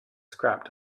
scrapped